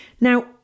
Now